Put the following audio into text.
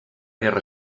guerra